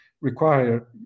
require